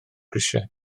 grisiau